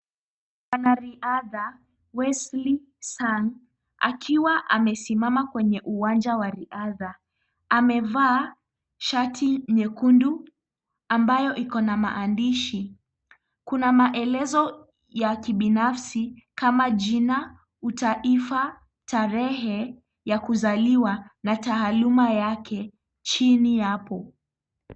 Mwanariadha Wesley Sang akiwa amesimama kwenye uwanja wa riadha, amevaa shati nyekundu ambayo iko na maandishi. Kuna maelezo ya kibinafsi kama jina, utaifa, tarehe ya kuzaliwa, na taaluma yake, chini hapo.